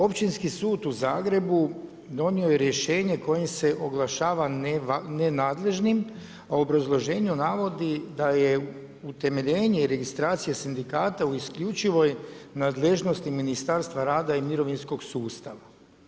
Općinski sud u Zagrebu donio je rješenje kojim se naglašava ne nadležnim a u obrazloženju navodi da je utemeljenje i registracija sindikata u isključivoj nadležnosti Ministarstva rada i mirovinskog sustava.